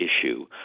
issue